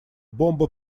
бомбы